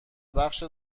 بخش